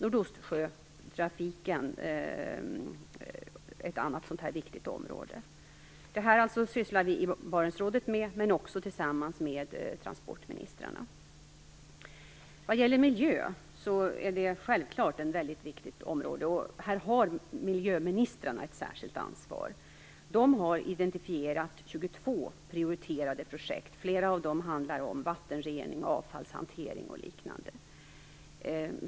Nordostsjötrafiken är ett annat viktigt område. Detta här sysslar vi alltså med i Barentsrådet, men också tillsammans med transportministrarna. Miljön är självfallet ett viktigt område, och här har miljöministrarna ett särskilt ansvar. De har identifierat 22 prioriterade projekt, och flera av dem handlar om vattenrening, avfallshantering och liknande.